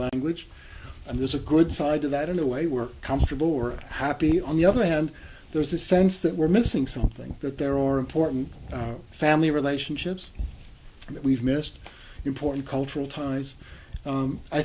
language and there's a good side to that in a way we're comfortable or happy on the other hand there's a sense that we're missing something that there are important family relationships that we've missed important cultural ties